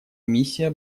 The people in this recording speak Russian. миссия